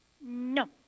No